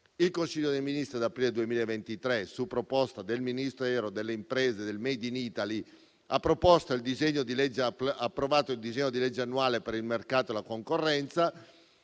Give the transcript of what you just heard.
Il Consiglio dei ministri ad aprile 2023, su proposta del Ministero delle imprese e del made in Italy, ha approvato il disegno di legge annuale per il mercato e la concorrenza,